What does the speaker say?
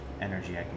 energy